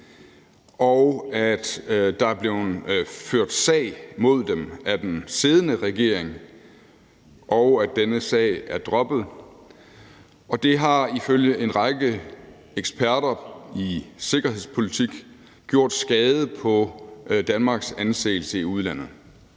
og at der er blevet ført sag mod dem af den siddende regering, og at denne sag er droppet. Det har ifølge en række eksperter i sikkerhedspolitik gjort skade på Danmarks anseelse i udlandet.